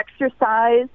exercise